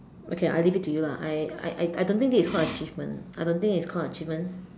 okay I leave it you lah I I I don't think this is called achievement I don't think it's called achievement